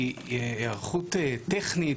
היא הערכות טכנית,